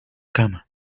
kama